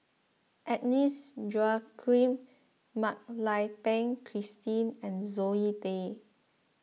Agnes Joaquim Mak Lai Peng Christine and Zoe Tay